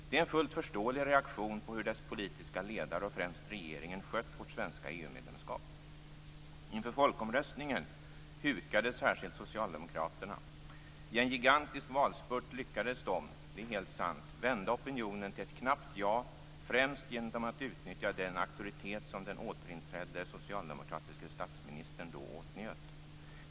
Det är en fullt förståelig reaktion på hur de politiska ledarna och främst regeringen skött vårt svenska EU-medlemskap. Inför folkomröstningen hukade särskilt Socialdemokraterna. I en gigantisk valspurt lyckades de - det är helt sant - vända opinionen till ett knappt ja, främst genom att utnyttja den auktoritet som den återinträdda socialdemokratiska statsministern då åtnjöt.